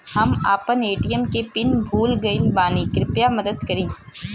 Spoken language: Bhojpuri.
हम आपन ए.टी.एम के पीन भूल गइल बानी कृपया मदद करी